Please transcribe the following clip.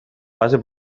base